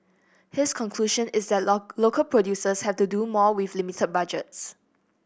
his conclusion is that local producers have to do more with limited budgets